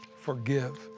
forgive